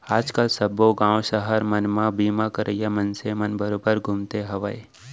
आज काल सब्बो गॉंव सहर मन म बीमा करइया मनसे मन बरोबर घूमते हवयँ